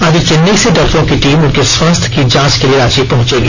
आज चेन्नई से डॉक्टरों की टीम उनके स्वास्थ्य की जांच के लिए रांची पहुंचेगी